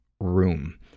room